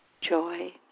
joy